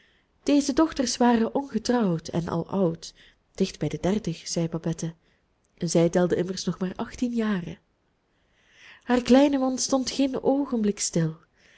deze dochters waren ongetrouwd en al oud dicht bij de dertig zei babette zij telde immers nog maar achttien jaren haar kleine mond stond geen oogenblik stil